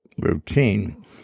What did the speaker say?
routine